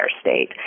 state